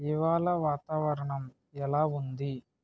ఇవాళ వాతావరణం ఎలా ఉంది